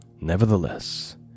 Nevertheless